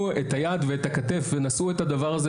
את היד ואת הכתף ונשאו את הדבר הזה,